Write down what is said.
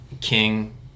king